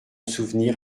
souvenir